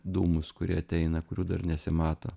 dūmus kurie ateina kurių dar nesimato